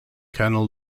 colonel